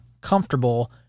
comfortable